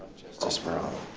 justice for all.